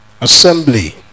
Assembly